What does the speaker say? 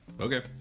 Okay